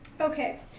Okay